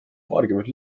paarkümmend